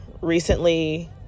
recently